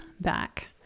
back